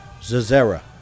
Zazera